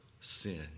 sin